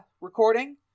recording